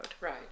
Right